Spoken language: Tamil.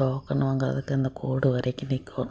டோக்கன்னு வாங்குறதுக்கு அந்த கோடு வரைக்கும் நிக்கணும்